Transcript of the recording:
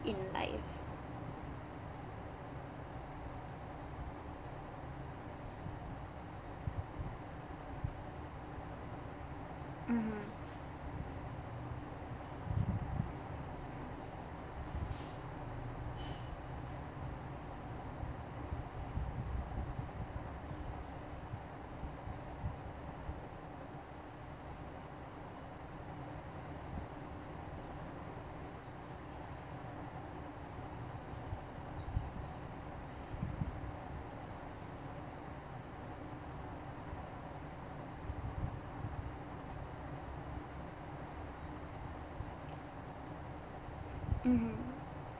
in life mmhmm mmhmm